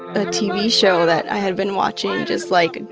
a tv show that i had been watching, just, like,